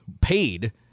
paid